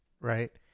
Right